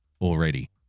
already